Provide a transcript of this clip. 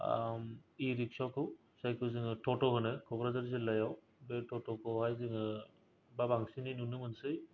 इरिकस'खौ जायखौ जोङो थ'थ' होनो क'क्राझार डिल्लायाव बे थ'थ' खौहाय जोङो बा बांसिनै नुनो मोनसै